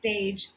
stage